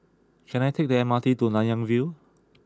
can I take the M R T to Nanyang View